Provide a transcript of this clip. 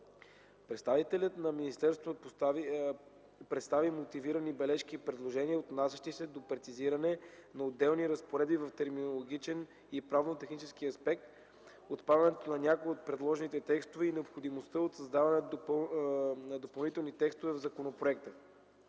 Представителят на министерството представи мотивирани бележки и предложения, отнасящи се до прецизиране на отделни разпоредби в терминологичен и правно-технически аспект, отпадането на някои от предложените текстове и необходимостта от създаване на допълнителни текстове в законопроекта.